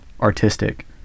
artistic